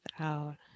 out